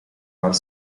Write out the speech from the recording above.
are